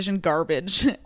garbage